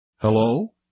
Hello